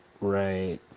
Right